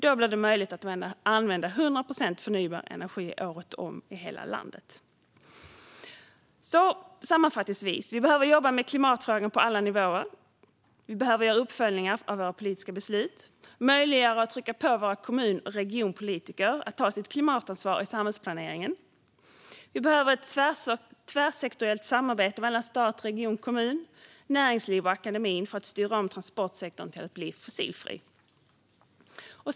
Då blir det möjligt att använda 100 procent förnybar energi året om i hela landet. Sammanfattningsvis: Vi behöver jobba med klimatfrågan på alla nivåer. Vi behöver göra uppföljningar av våra politiska beslut och möjliggöra för och trycka på våra kommun och regionpolitiker att ta sitt klimatansvar i samhällsplaneringen. Vi behöver ha ett tvärsektoriellt samarbete mellan stat, region, kommun, näringsliv och akademin för att styra om transportsektorn till att bli fossilfri.